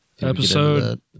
episode